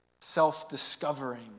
self-discovering